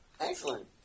Excellent